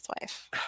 wife